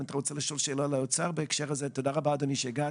תודה רבה שהגעת,